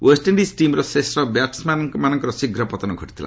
West Indies ଟିମ୍ର ଶ୍ରେଷ୍ଠ ବ୍ୟାଟସ୍ମ୍ୟାନ୍ଙ୍କର ଶୀଘ୍ର ପତନ ଘଟିଥିଲା